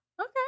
Okay